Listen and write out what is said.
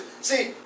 See